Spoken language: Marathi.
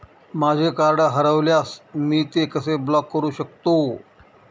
माझे कार्ड हरवल्यास मी ते कसे ब्लॉक करु शकतो?